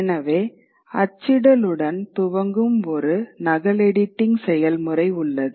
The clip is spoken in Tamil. எனவே அச்சிடலுடன் துவங்கும் ஒரு நகல் எடிட்டிங் செயல்முறை உள்ளது